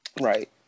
Right